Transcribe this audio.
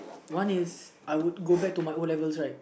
one is I would go back to my O-levels right